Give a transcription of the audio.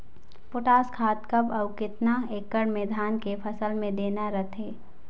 Potash खाद कब अऊ केतना एकड़ मे धान के फसल मे देना रथे?